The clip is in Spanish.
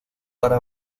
para